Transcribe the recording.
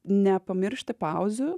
nepamiršti pauzių